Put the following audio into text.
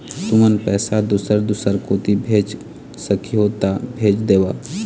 तुमन पैसा दूसर दूसर कोती भेज सखीहो ता भेज देवव?